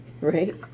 right